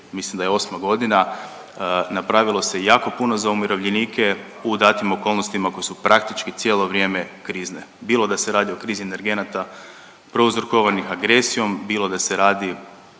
mislim da je 8. godina, napravilo se jako puno za umirovljenike, u datim okolnostima koje su praktički cijelo vrijeme krizne, bilo da se radi o krizi energenata, prouzrokovanih agresijom, bilo da se radi